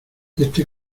este